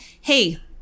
hey